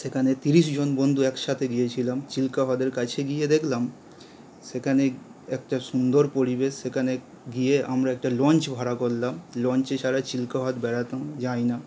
সেখানে তিরিশ জন বন্ধু একসাথে গিয়েছিলাম চিল্কা হ্রদের কাছে গিয়ে দেখলাম সেখানে একটা সুন্দর পরিবেশ সেখানে গিয়ে আমরা একটা লঞ্চ ভাড়া করলাম লঞ্চে সারা চিল্কা হ্রদ বেড়ানো যায় না